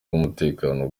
z’umutekano